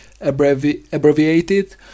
abbreviated